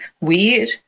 weird